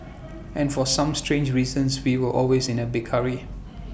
and for some strange reasons we were always in A big hurry